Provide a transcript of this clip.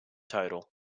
total